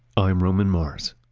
i'm roman mars